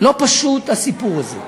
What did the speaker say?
לא פשוט, הסיפור הזה.